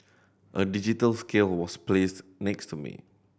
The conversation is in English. a digital scale was placed next to me